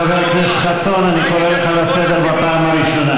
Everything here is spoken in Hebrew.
חבר הכנסת חסון, אני קורא אותך לסדר פעם ראשונה.